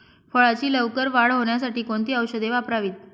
फळाची लवकर वाढ होण्यासाठी कोणती औषधे वापरावीत?